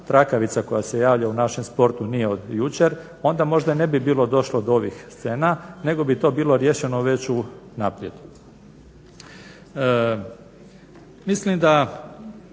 trakavica koja se javlja u našem sportu nije od jučer onda možda ne bi bilo došlo do ovih scena nego bi to bilo riješeno već unaprijed. Mislim da